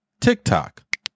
TikTok